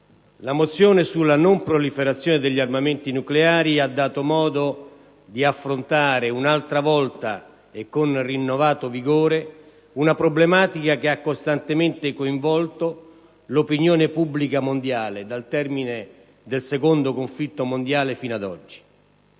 la mozione sulla non proliferazione di armi nucleari ha dato modo di affrontare un'altra volta, con rinnovato rigore, una problematica che ha costantemente coinvolto l'opinione pubblica mondiale dal termine del secondo conflitto mondiale fino ad oggi.